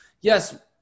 yes